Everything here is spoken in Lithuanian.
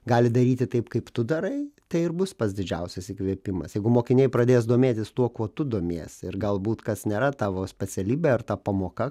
gali daryti taip kaip tu darai tai ir bus pats didžiausias įkvėpimas jeigu mokiniai pradės domėtis tuo kuo tu domiesi ir galbūt kas nėra tavo specialybė ar ta pamoka